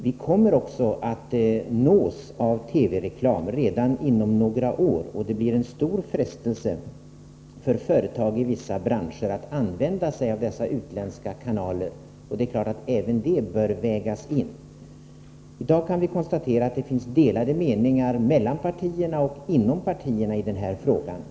Vi kommer att nås av TV-reklam redan inom några år, och det blir en stor frestelse för företag i vissa branscher att använda sig av utländska kanaler. Det är klart att även det bör vägas in. I dag kan vi konstatera att det finns delade meningar mellan partierna och inom partierna i den här frågan.